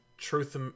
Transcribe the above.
Truth